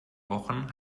wochen